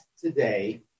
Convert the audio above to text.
today